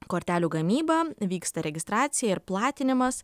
kortelių gamyba vyksta registracija ir platinimas